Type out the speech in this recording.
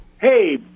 Hey